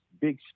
big